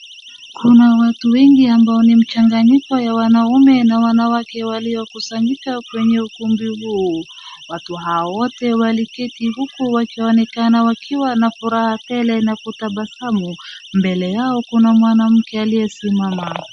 kuna watu wengi ambao ni mchanganyiko ya wanaume na wanawake waliokusanyika kwenye ukumbi huu. Watu hao wote waliketi huku wakionekana wakiwa na furaha tele na kutabasamu. Mbele yao kuna mwanamke aliyesimama.